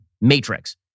matrix